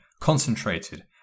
concentrated